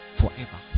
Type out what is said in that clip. forever